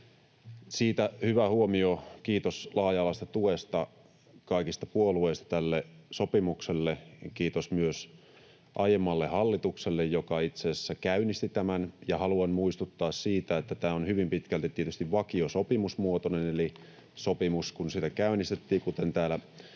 Siitä hyvä huomio: kiitos laaja-alaisesta tuesta kaikista puolueista tälle sopimukselle. Kiitos myös aiemmalle hallitukselle, joka itse asiassa käynnisti tämän, ja haluan muistuttaa siitä, että tämä on hyvin pitkälti tietysti vakiosopimusmuotoinen, eli kun sopimusta käynnistettiin, kuten täällä